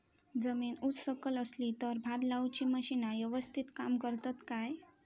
जमीन उच सकल असली तर भात लाऊची मशीना यवस्तीत काम करतत काय?